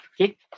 okay